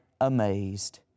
amazed